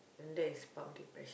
and that is part of depression